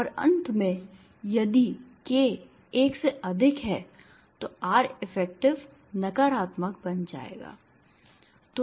और अंत में यदि k एक से अधिक है तो Reffective नकारात्मक बन जाएगा